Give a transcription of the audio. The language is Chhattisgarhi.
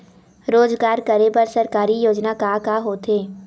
रोजगार करे बर सरकारी योजना का का होथे?